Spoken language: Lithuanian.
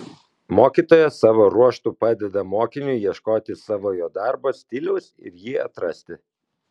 mokytojas savo ruožtu padeda mokiniui ieškoti savojo darbo stiliaus ir jį atrasti